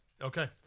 Okay